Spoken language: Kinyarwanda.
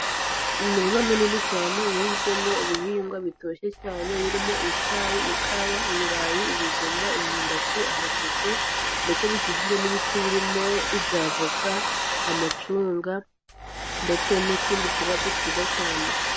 Mu murima munini cyane uhinzwemo ibihingwa bitoshye cyane birimo: icyayi ,ikawa ,ibirayi ,ibijumba, imyumbati, amateke, ndetse bikikijwe n'ibiti birimo iby' avoka, amacunga, ndetse n'utundi turabyo twiza cyane.